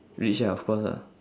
rich ah of course ah